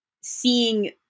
seeing